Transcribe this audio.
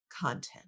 content